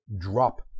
Drop